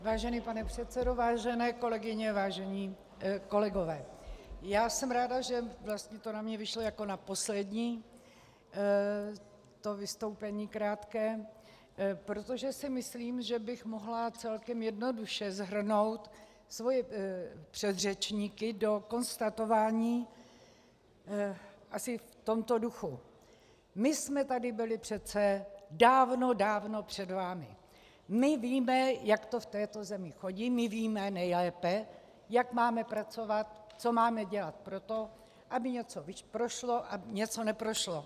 Vážený pane předsedo, vážené kolegyně, vážení kolegové, já jsem ráda, že vlastně to na mě vyšlo jako na poslední, to vystoupení krátké, protože si myslím, že bych mohla celkem jednoduše shrnout svoje předřečníky do konstatování asi v tomto duchu: My jsme tady byli přece dávno dávno před vámi, my víme, jak to v této zemi chodí, my víme nejlépe, jak máme pracovat, co máme dělat pro to, aby něco prošlo, aby něco neprošlo.